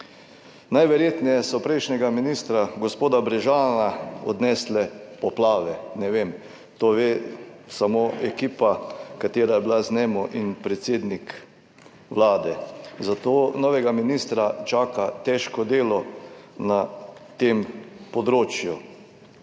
Najverjetneje so prejšnjega ministra, gospoda Brežana odnesle poplave. Ne vem, to ve samo ekipa katera je bila z njim in predsednik Vlade, zato novega ministra čaka težko delo na tem področju.